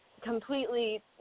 completely